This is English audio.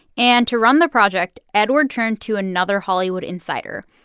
and to run the project, edward turned to another hollywood insider,